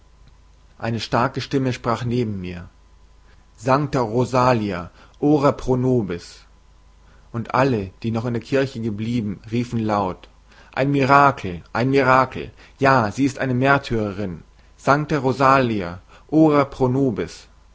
eine starke stimme sprach neben mir sancta rosalia ora pro nobis und alle die noch in der kirche geblieben riefen laut ein mirakel ein mirakel ja sie ist eine märtyrin sancta rosalia ora